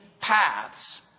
paths